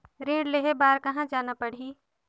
ऋण लेहे बार कहा जाना पड़ही?